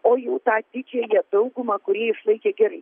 o jau tą didžiąją daugumą kurie išlaikė gerai